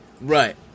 Right